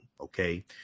okay